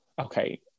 Okay